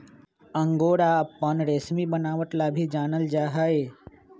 angora अपन रेशमी बनावट ला भी जानल जा हई